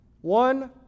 One